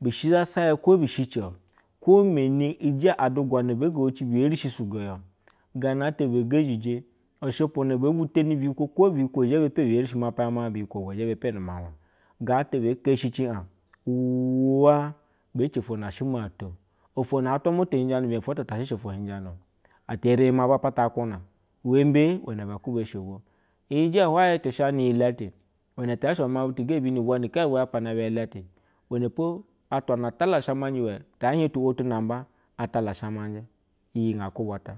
busaya ko bishi cio ko ment ige adugwa ba ge woci be eri shi shigo a yao, gana be gezejɛ ushupu be jiteni beyiho tiw biyiko bua zhe ya epe ya gata be keshi viad uwa be oto na shina to oto na atwa to hijanu be hie otota shehe oto na nlaa oto hijanu o eta eri ima hwaya pata axuna u wembe use ne be kuba eghe buw iye huwi it shane iyi latu umlane tiyashe yama ubwa ni kenyi bwe ya pana buya letu, uwene ti yashe bula ni kenyi ya pana bu iletu atwa ma atala a shama i we ta hie tu wo tunamba atala ashamaje iyi nga kubwata.